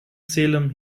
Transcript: salem